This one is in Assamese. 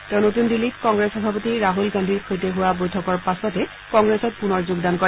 তেওঁ নতুন দিল্লীত কংগ্ৰেছ সভাপতি ৰাহুল গান্ধীৰ সৈতে হোৱা বৈঠকৰ পাছতে কংগ্ৰেছত পুনৰ যোগদান কৰে